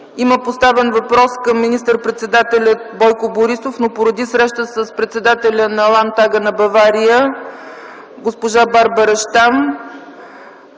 Има поставен въпрос към министър-председателя Бойко Борисов, но поради среща с председателя на Ландтага на Бавария госпожа Барбара Щам,